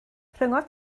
rhyngot